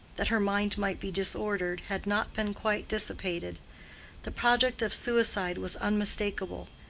that her mind might be disordered, had not been quite dissipated the project of suicide was unmistakable,